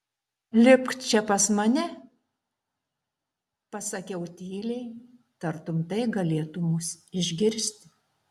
lipk čia pas mane pasakiau tyliai tartum tai galėtų mus išgirsti